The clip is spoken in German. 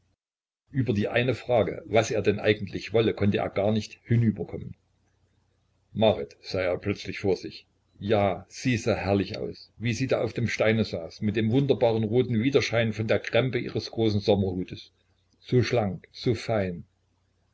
über die eine frage was er denn eigentlich wolle konnte er gar nicht hinüberkommen marit sah er plötzlich vor sich ja sie sah herrlich aus wie sie da auf dem steine saß mit dem wunderbaren roten widerschein von der krempe ihres großen sommerhutes so schlank so fein